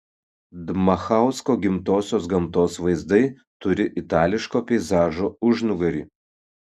dmachausko gimtosios gamtos vaizdai turi itališko peizažo užnugarį